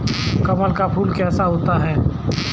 कमल का फूल कैसा होता है?